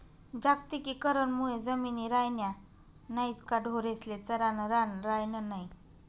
जागतिकीकरण मुये जमिनी रायन्या नैत का ढोरेस्ले चरानं रान रायनं नै